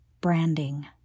branding